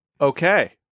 Okay